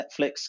Netflix